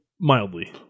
Mildly